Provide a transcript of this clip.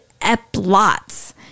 eplots